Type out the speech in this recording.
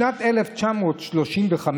בשנת 1935